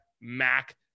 Mac